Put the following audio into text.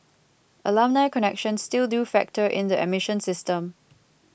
alumni connections still do factor in the admission system